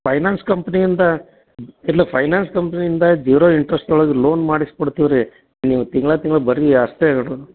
finance ಕಂಪ್ನಿಯಿಂದ ಇಲ್ಲ finance ಕಂಪ್ನಿಯಿಂದ ಜೀರೋ ಇಂಟ್ರೆಸ್ಟ್ನೊಳಗೆ ಲೋನ್ ಮಾಡಿಸಿ ಕೊಡ್ತೀವಿ ರೀ ನೀವು ತಿಂಗಳ ತಿಂಗಳ ಬರೀ ಅಷ್ಟೇ